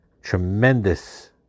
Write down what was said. tremendous